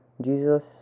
Jesus